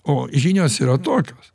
o žinios yra tokios